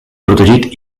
protegit